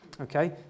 Okay